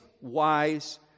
wise